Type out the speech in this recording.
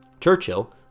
Churchill